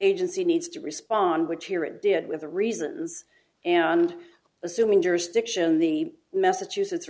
agency needs to respond which here it did with the reasons and assuming jurisdiction the massachusetts